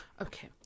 Okay